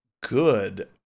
good